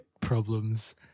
problems